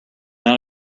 not